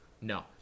no